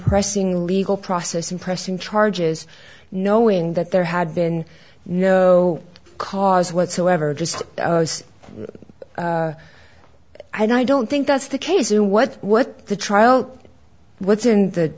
pressing legal process and pressing charges knowing that there had been no cause whatsoever just as i don't think that's the case in what what the trial what's in the